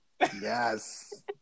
Yes